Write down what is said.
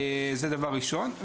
זה דבר ראשון.